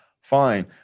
fine